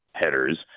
headers